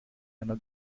einer